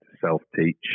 self-teach